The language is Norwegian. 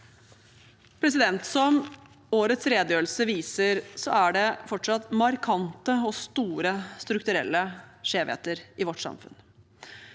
Som årets redegjørelse viser, er det fortsatt markante og store strukturelle skjevheter i vårt samfunn